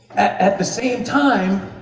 at the same time,